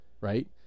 right